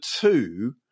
two